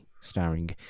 starring